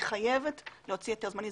היא חייבת להוציא היתר זמני.